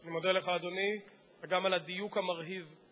אני מודה לך, אדוני, גם על הדיוק המרהיב שהפגנת,